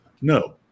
No